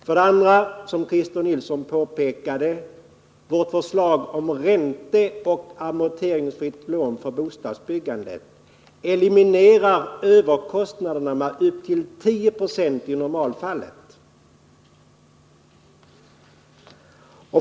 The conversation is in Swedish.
För det andra har vi föreslagit ett ränteoch amorteringsfritt lån för bostadsbyggande. Det eliminerar, som Christer Nilsson påpekade, överkostnaderna med upp till 10 96 i normalfallet.